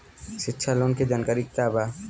शिक्षा लोन के जानकारी का बा?